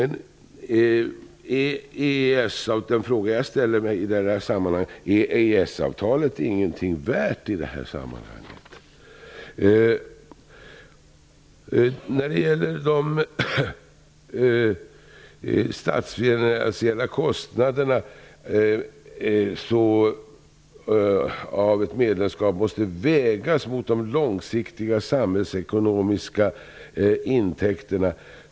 I det sammanhanget ställer jag mig frågan: Är EES avtalet ingenting värt? De statsfinansiella kostnaderna för ett medlemskap måste vägas mot de långsiktiga samhällsekonomiska intäkterna.